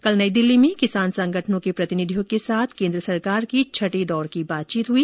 कल नई दिल्ली में किसान संगठनों के प्रतिनिधियों के साथ केन्द्र सरकार की छठे दौर की बातचीत हई